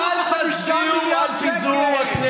אמרת לנו: אל תצביעו על פיזור הכנסת,